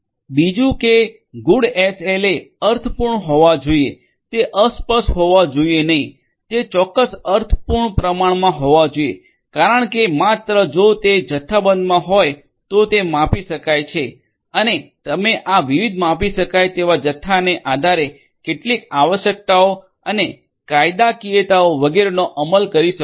બીજું કે good SLA અર્થપૂર્ણ હોવા જોઈએ તે અસ્પષ્ટ હોવા જોઈએ નહીં તે ચોક્કસ અર્થપૂર્ણ પ્રમાણમાં હોવા જોઈએ કારણ કે માત્ર તે જો જથ્થાબંધમા હોય તો તે માપી શકાય છે અને તમે આ વિવિધ માપી શકાય તેવા જથ્થાને આધારે કેટલીક આવશ્યકતાઓ અને કાયદાકીયતા વગેરેનો અમલ કરી શકો છો